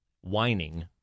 whining